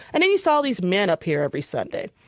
and then you saw these men up here every sunday,